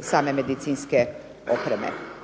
same medicinske opreme.